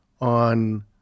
on